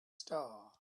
star